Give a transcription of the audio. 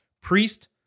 Priest